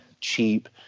cheap